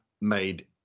made